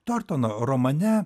tortono romane